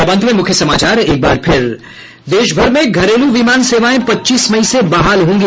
और अब अंत में मुख्य समाचार एक बार फिर देश भर में घरेलू विमान सेवाएं पच्चीस मई से बहाल होंगी